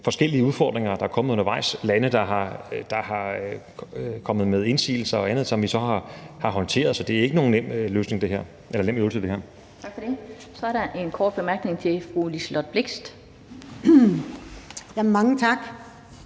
forskellige udfordringer, der er kommet undervejs; lande, der er kommet med indsigelser og andet, som vi så har håndteret. Så det her er ikke nogen nem øvelse. Kl. 16:38 Den fg. formand (Annette Lind): Tak for det. Så er der en kort bemærkning til Liselott Blixt. Kl.